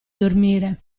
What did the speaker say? dormire